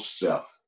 self